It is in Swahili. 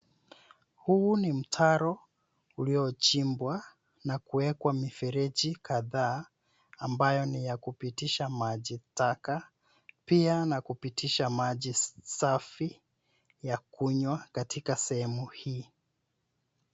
Huu ni mtaro uliochimbwa na kuekwa miferiji kadhaa ambayo ni ya kupitisha maji taka, pia na kupitisha maji safi ya kunywa katika sehemu hii.